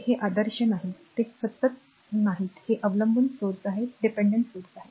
हे आदर्श नाहीत हे सतत नाहीत हे अवलंबून स्त्रोत आहेत